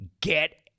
get